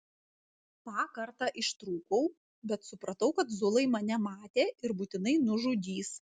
tą kartą ištrūkau bet supratau kad zulai mane matė ir būtinai nužudys